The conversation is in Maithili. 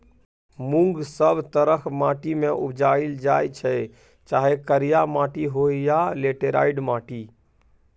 मुँग सब तरहक माटि मे उपजाएल जाइ छै चाहे करिया माटि होइ या लेटेराइट माटि